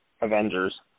Avengers